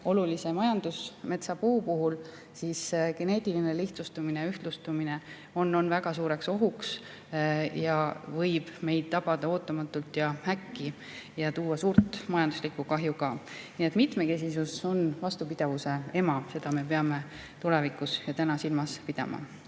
olulise majandusmetsapuu puhul, siis [saame aru, et] geneetiline lihtsustumine ja ühtlustumine on väga suureks ohuks. See võib meid tabada ootamatult ja äkki ning tuua ka suurt majanduslikku kahju. Nii et mitmekesisus on vastupidavuse ema, seda me peame tulevikus ja täna silmas pidama